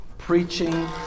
preaching